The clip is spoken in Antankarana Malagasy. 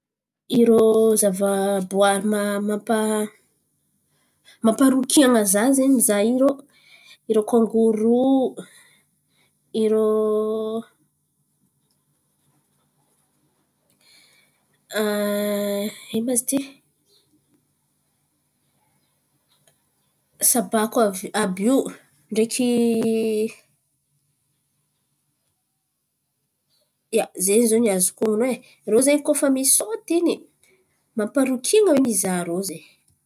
Iro zava-boaro mampa mampa rokian̈a za zen̈y mizaha irô kogoro irô ino ma izy ty sabako àby io. Ia, ze zo ny azoko onon̈o e. Irô zen̈y koa misôty in̈y mampa-rokian̈a oe mizaha rô zen̈y.